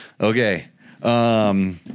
Okay